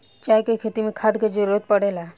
चाय के खेती मे खाद के जरूरत पड़ेला